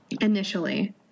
Initially